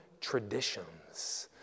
traditions